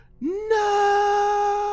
No